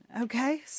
Okay